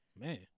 man